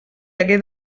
hagué